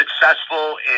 successful